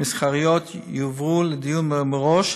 מסחרית יועברו לדיון מראש,